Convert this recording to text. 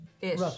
Ish